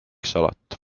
salat